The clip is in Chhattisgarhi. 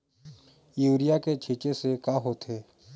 यूरिया के छींचे से का होथे?